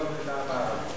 במדינה ערבית